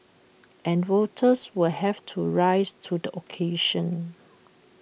and voters will have to rise to the occasion